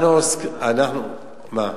אנחנו עוסקים, מה?